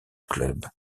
club